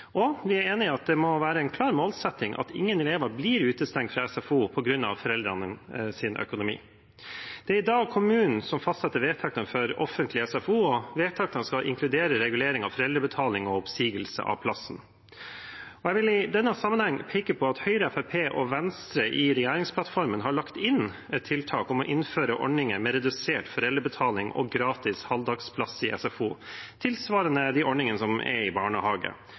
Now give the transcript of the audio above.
og vi er enig i at det må være en klar målsetting at ingen elever blir utestengt fra SFO på grunn av foreldrenes økonomi. Det er i dag kommunen som fastsetter vedtektene for offentlig SFO, og vedtektene skal inkludere regulering av foreldrebetalingen og oppsigelse av plassen. Jeg vil i den sammenheng peke på at Høyre, Fremskrittspartiet og Venstre i regjeringsplattformen har lagt inn et tiltak om å innføre ordninger med redusert foreldrebetaling og gratis halvdagsplass i SFO, tilsvarende de ordningene som er i